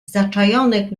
zaczajonych